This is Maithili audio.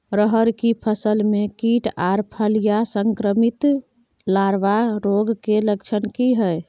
रहर की फसल मे कीट आर फलियां संक्रमित लार्वा रोग के लक्षण की हय?